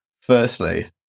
Firstly